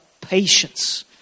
patience